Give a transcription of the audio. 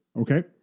Okay